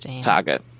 target